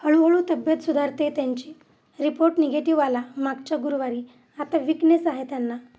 हळूहळू तब्येत सुधारते त्यांची रिपोर्ट निगेटिव आला मागच्या गुरुवारी आता विकनेस आहे त्यांना